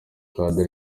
cadre